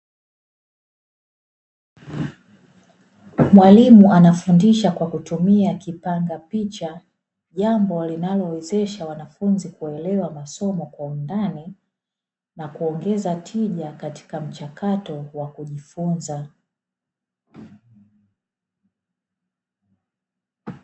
Mwalimu anafundisha kwa kutumia kipanga picha, jambo linalo wezesha wanafunzi kuelewa masomo kwa undani na kuongeza tija katika mchakato wa kujifunza.